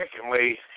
Secondly